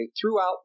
throughout